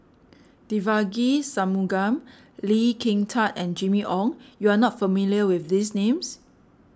Devagi Sanmugam Lee Kin Tat and Jimmy Ong you are not familiar with these names